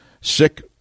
Sick